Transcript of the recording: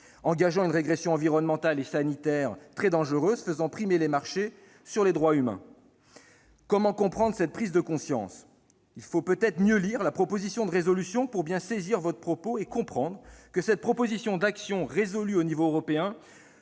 engageant une régression environnementale et sanitaire très dangereuse, faisant primer les marchés sur les droits humains. Comment comprendre cette prise de conscience ? Il faut sans doute mieux lire la proposition de résolution pour bien saisir votre propos et comprendre que cette proposition d'action résolue à l'échelon européen